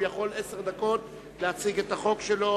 חבר הכנסת חרמש יכול לקבל עשר דקות להציג את החוק שלו